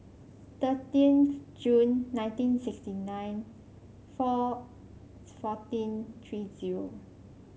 thirteenth Junly nineteen sixty nine four fourteen three zero